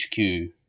HQ